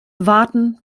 warten